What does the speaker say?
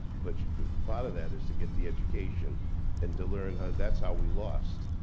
but part of that is to get the education and to learn how that's how we lost,